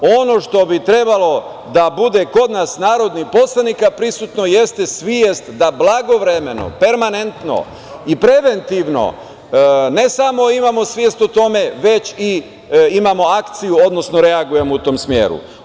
Ono što bi trebalo da bude kod nas narodnih poslanike prisutno jeste svetst da blagovremeno, permanentno i preventivno ne samo imamo svest o tome već imamo i akciju, odnosno reagujemo u tom smeru.